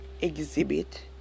exhibit